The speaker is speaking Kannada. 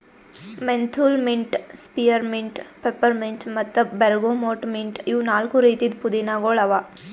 ಮೆಂಥೂಲ್ ಮಿಂಟ್, ಸ್ಪಿಯರ್ಮಿಂಟ್, ಪೆಪ್ಪರ್ಮಿಂಟ್ ಮತ್ತ ಬೇರ್ಗಮೊಟ್ ಮಿಂಟ್ ಇವು ನಾಲ್ಕು ರೀತಿದ್ ಪುದೀನಾಗೊಳ್ ಅವಾ